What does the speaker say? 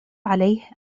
عليه